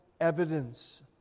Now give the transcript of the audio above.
evidence